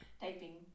typing